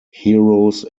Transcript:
heroes